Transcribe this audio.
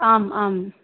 आम् आम्